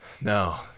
No